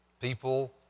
People